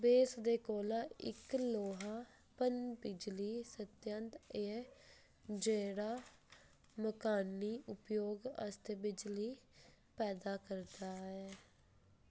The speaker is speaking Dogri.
बेस दे कोल इक लौहा पन बिजली सत्त्यंत ऐ जेह्ड़ा मकानी उपयोग आस्तै बिजली पैदा करदा ऐ